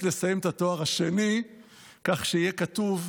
לסיים את התואר השני כך שיהיה כתוב: